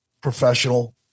professional